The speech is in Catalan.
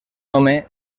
home